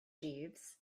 jeeves